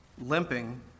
limping